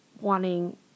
wanting